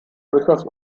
durchaus